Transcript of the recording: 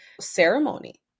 ceremony